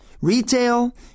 Retail